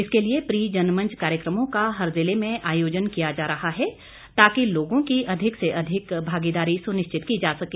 इसके लिए प्री जनमंच कार्यक्रमों का हर जिले में आयोजन किया जा रहा है ताकि लोगों की अधिक से अधिक भागीदारी सुनिश्चित की जा सके